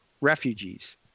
refugees